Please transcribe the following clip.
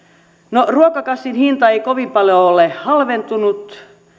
no ruokakassin hinta ei kovin paljoa ole halventunut